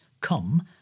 come